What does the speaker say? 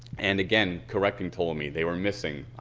and, again, correcting ptolemy. they were missing.